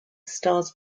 stars